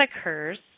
occurs